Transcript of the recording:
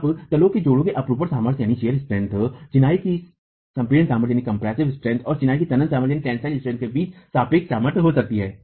आप तलों के जोड़ों की अपरूपण सामर्थ्य चिनाई की संपीड़न सामर्थ्य और चिनाई की तनन सामर्थ्य के बीच सापेक्ष सामर्थ्य हो सकती है